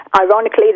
ironically